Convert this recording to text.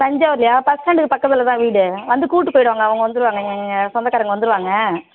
தஞ்சாவூர்லையா bus ஸ்டாண்டுக்கு பக்கத்துல தான் வீடு வந்து கூட்டு போய்விடுவாங்க அவங்க வந்துருவாங்க எங்கள் சொந்தக்காரவங்க வந்துருவாங்க